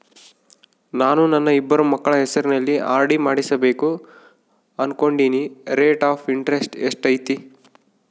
ನಾನು ನನ್ನ ಇಬ್ಬರು ಮಕ್ಕಳ ಹೆಸರಲ್ಲಿ ಆರ್.ಡಿ ಮಾಡಿಸಬೇಕು ಅನುಕೊಂಡಿನಿ ರೇಟ್ ಆಫ್ ಇಂಟರೆಸ್ಟ್ ಎಷ್ಟೈತಿ?